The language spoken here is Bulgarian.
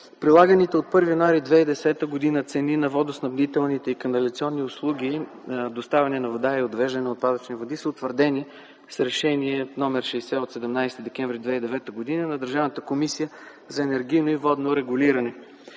прилаганите от 1 януари 2010 г. цени на водоснабдителните и канализационни услуги – доставяне на вода и отвеждане на отпадъчни води, са утвърдени с Решение № 60 от 17 декември 2009 г. на Държавната комисия за енергийно и водно регулиране